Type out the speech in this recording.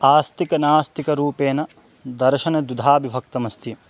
आस्तिकनास्तिकरूपेण दर्शनं द्विधा विभक्तमस्ति